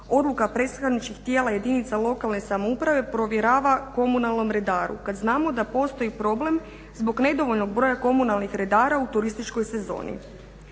odluka predstavničkih tijela jedinica lokalne samouprave …/Govornik se ne razumije./… komunalnom redaru kada znamo da postoji problem zbog nedovoljnog broja komunalnih redara u turističkoj sezoni.